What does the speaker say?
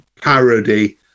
parody